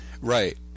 Right